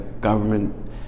government